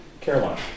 Caroline